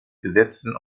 gesetzen